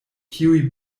kiuj